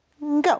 go